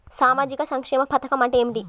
సామాజిక సంక్షేమ పథకం అంటే ఏమిటి?